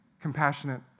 compassionate